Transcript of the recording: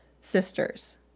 sisters